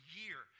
year